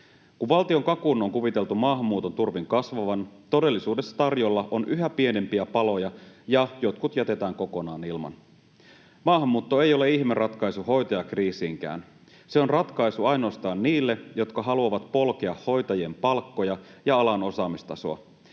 Kun valtion kakun on kuviteltu maahanmuuton turvin kasvavan, todellisuudessa tarjolla on yhä pienempiä paloja, ja jotkut jätetään kokonaan ilman. Maahanmuutto ei ole ihmeratkaisu hoitajakriisiinkään. Se on ratkaisu ainoastaan niille, jotka haluavat polkea hoitajien palkkoja ja alan osaamistasoa.